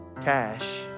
cash